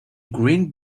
green